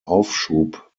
aufschub